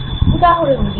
উদাহরণ দিই